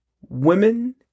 Women